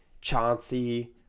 Chauncey